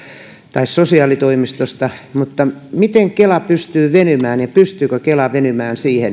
tai sosiaalitoimistosta mutta miten kela pystyy venymään ja pystyykö kela venymään siihen